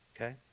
Okay